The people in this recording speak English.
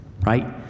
right